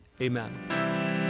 Amen